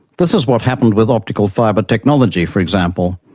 this is what happened with optical fibre technology, for example,